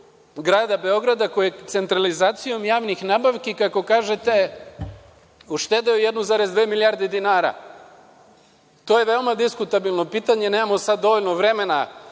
grada Beograda koji je centralizacijom javnih nabavki, kako kažete, uštedeo 1,2 milijarde dinara. To je veoma diskutabilno pitanje. Nemamo sad dovoljno vremena,